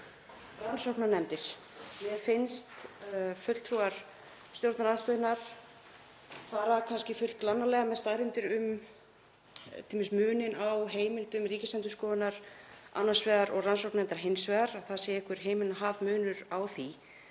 rannsóknarnefndir. Mér finnst fulltrúar stjórnarandstöðunnar fara kannski full glannalega með staðreyndir um t.d. muninn á heimildum Ríkisendurskoðunar annars vegar og rannsóknarnefnda hins vegar, að það sé himinn og haf þar á